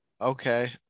Okay